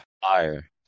Fire